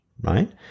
right